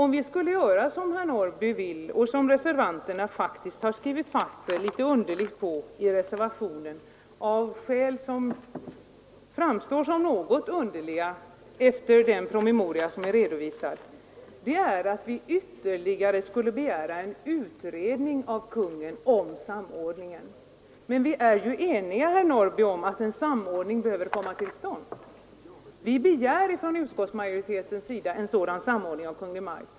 Om vi skulle göra som herr Norrby vill och som reservanterna har skrivit i reservationen — av skäl som framstår som något underliga efter den promemoria som är redovisad — skulle vi av Kungen begära ytterligare en utredning om samordningen. Men vi är ju eniga, herr Norrby, om att en samordning behöver komma till stånd. Vi begär från utskottsmajoritetens sida en sådan samordning av Kungl. Maj:t.